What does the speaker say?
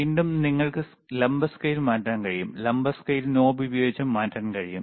വീണ്ടും നിങ്ങൾക്ക് ലംബ സ്കെയിൽ മാറ്റാൻ കഴിയും ലംബ സ്കെയിൽ നോബ് ഉപയോഗിച്ച് മാറ്റാൻ കഴിയും